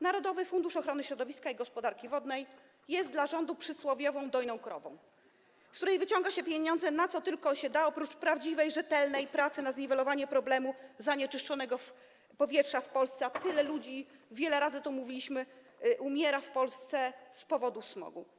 Narodowy Fundusz Ochrony Środowiska i Gospodarki Wodnej jest dla rządu przysłowiową dojną krową, z której wyciąga się pieniądze na co tylko się da oprócz prawdziwej, rzetelnej pracy dotyczącej zniwelowania problemu zanieczyszczonego powietrza w Polsce, a tylu ludzi, wiele razy to mówiliśmy, umiera w Polsce z powodu smogu.